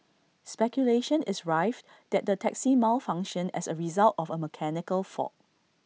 speculation is rife that the taxi malfunctioned as A result of A mechanical fault